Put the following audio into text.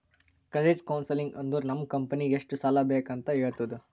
credit counselling ಅಂದುರ್ ನಮ್ ಕಂಪನಿಗ್ ಎಷ್ಟ ಸಾಲಾ ಬೇಕ್ ಅಂತ್ ಹೇಳ್ತುದ